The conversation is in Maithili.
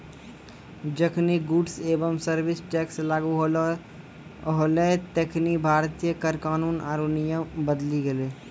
जखनि गुड्स एंड सर्विस टैक्स लागू होलै तखनि भारतीय कर कानून आरु नियम बदली गेलै